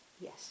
yes